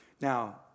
Now